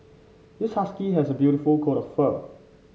this husky has a beautiful coat of fur